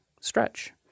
stretch